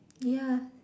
ya